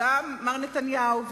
גם מר נתניהו,